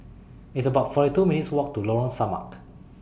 It's about forty two minutes' Walk to Lorong Samak